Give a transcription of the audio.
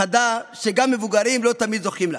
שגם מבוגרים לא תמיד זוכים לה.